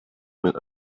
mit